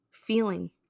feeling